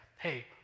hey